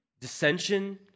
dissension